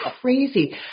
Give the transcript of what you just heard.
crazy